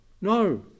No